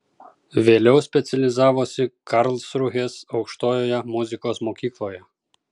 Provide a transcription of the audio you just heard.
vėliau specializavosi karlsrūhės aukštojoje muzikos mokykloje